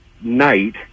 night